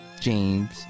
James